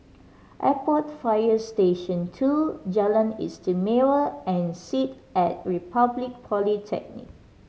Airport Fire Station Two Jalan Istimewa and sit At Republic Polytechnic